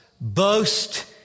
boast